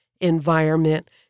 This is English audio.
environment